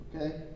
Okay